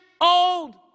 old